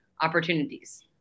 opportunities